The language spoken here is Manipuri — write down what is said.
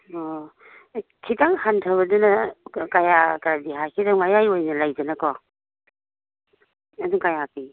ꯑꯣ ꯈꯤꯇꯪ ꯍꯟꯊꯕꯗꯨꯅ ꯀꯌꯥꯀꯗꯤ ꯍꯥꯏ ꯁꯤꯅ ꯃꯌꯥꯏ ꯑꯣꯏꯅ ꯂꯩꯗꯅꯀꯣ ꯑꯗꯨ ꯀꯌꯥ ꯄꯤ